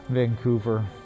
Vancouver